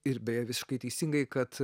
ir beje visiškai teisingai kad